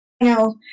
No